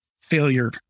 failure